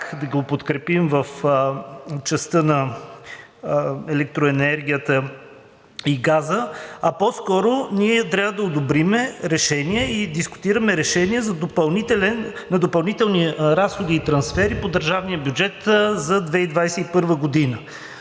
да го подкрепим в частта на електроенергията и газа, по-скоро ние трябва да одобрим решение и дискутираме решение за допълнителни разходи и трансфери по държавния бюджет за 2021 г.